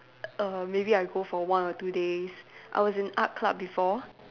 err maybe I'll go for one or two days I was in art club before